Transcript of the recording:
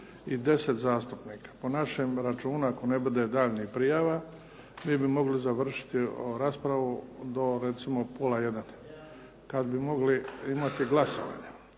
i 10 zastupnika. Po našem računu ako ne bude daljnjih prijava, mi bi mogli završiti raspravu do recimo pola 1 kad bi mogli imati glasovanje.